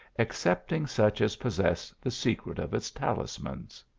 excepting such as possess the secret of its talismans.